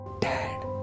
Dad